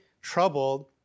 troubled